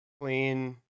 Clean